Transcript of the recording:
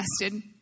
tested